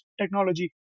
technology